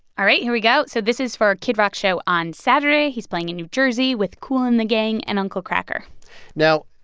all right, here we go. so this is for a kid rock show on saturday. he's playing in new jersey with kool and the gang and uncle kracker now,